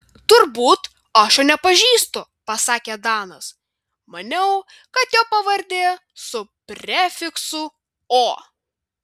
turbūt aš jo nepažįstu pasakė danas maniau kad jo pavardė su prefiksu o